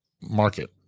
Market